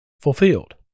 fulfilled